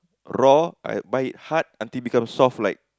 raw I buy hard until become soft like